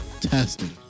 Testing